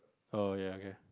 oh ya okay